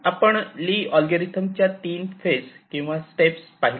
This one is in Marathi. आपण ली अल्गोरिदम च्या 3 फेज किंवा स्टेप पहिल्या